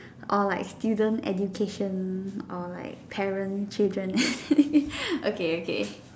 or like student education or like parent children okay okay